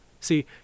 See